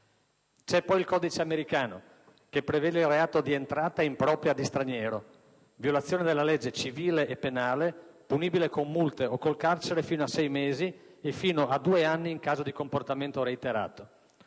C'è poi il codice americano, che prevede il reato di «entrata impropria di straniero», violazione della «legge civile e penale», punibile con multe o con il carcere fino a sei mesi, e fino a due anni in caso di comportamento reiterato.